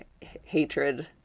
hatred